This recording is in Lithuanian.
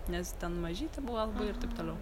nes ten mažytė buvo labai ir taip toliau